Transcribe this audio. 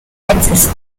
netzes